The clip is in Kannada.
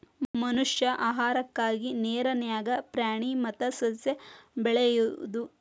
ಮನಷ್ಯಾ ಆಹಾರಕ್ಕಾ ನೇರ ನ್ಯಾಗ ಪ್ರಾಣಿ ಮತ್ತ ಸಸ್ಯಾ ಬೆಳಿಯುದು